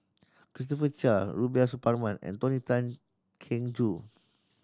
Christopher Chia Rubiah Suparman and Tony Tan Keng Joo